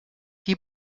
die